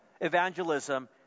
evangelism